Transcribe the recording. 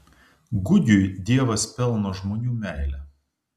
gugiui dievas pelno žmonių meilę